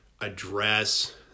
Address